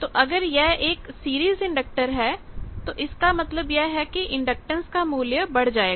तो अगर यह एक सीरीज इंडक्टर है तो इसका मतलब यह है कि इंडक्टेंस का मूल्य बढ़ जाएगा